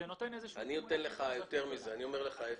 אני אומר לך ההיפך.